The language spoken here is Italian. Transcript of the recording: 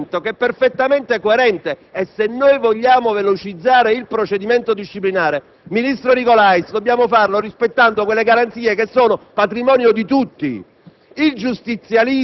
c'è un emendamento perfettamente coerente e, se noi vogliamo velocizzare il procedimento disciplinare, ministro Nicolais, dobbiamo farlo rispettando quelle garanzie che sono patrimonio di tutti.